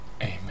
Amen